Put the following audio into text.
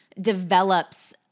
develops